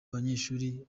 banyeshuri